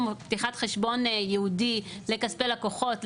או פתיחת חשבון ייעודי לכספי לקוחות,